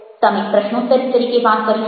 તમે પ્રશ્નોત્તરી તરીકે વાત કરી શકો